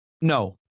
no